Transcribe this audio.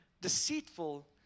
deceitful